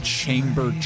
chamber